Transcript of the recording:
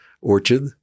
orchard